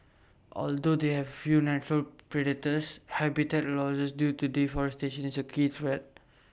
although they have few natural predators habitat losses due to deforestation is A key threat